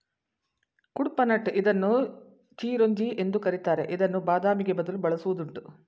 ಕುಡ್ಪನಟ್ ಇದನ್ನು ಚಿರೋಂಜಿ ಎಂದು ಕರಿತಾರೆ ಇದನ್ನು ಬಾದಾಮಿಗೆ ಬದಲು ಬಳಸುವುದುಂಟು